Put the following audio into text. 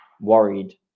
worried